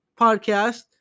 Podcast